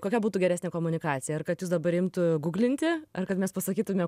kokia būtų geresnė komunikacija ar kad jus dabar imtų gūglinti ar kad mes pasakytume